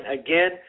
again